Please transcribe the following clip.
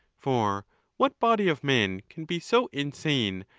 for what body of men can be so insane,